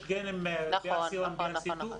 יש גנים BRCA1 ו-BRCA2,